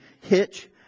Hitch